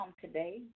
today